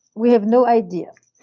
we have no idea.